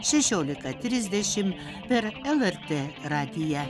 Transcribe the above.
šešiolika trisdešimt per lrt radiją